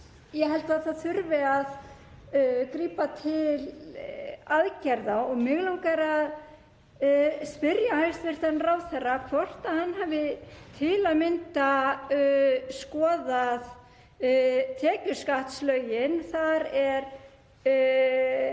ég held að það þurfi að grípa til aðgerða. Mig langar að spyrja hæstv. ráðherra hvort hann hafi til að mynda skoðað tekjuskattslögin. Þar er